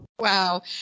Wow